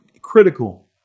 critical